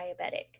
diabetic